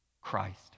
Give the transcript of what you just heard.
Christ